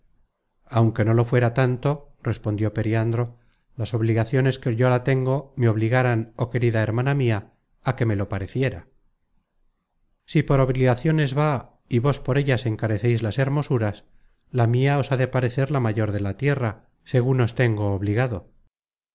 aunque no lo fuera tanto respondió periandro las obligaciones que yo la tengo me obligaran oh querida hermana mia á que me lo pareciera si por obligaciones va y vos por ellas encareceis las hermosuras la mia os ha de parecer la mayor de la tierra segun os tengo obligado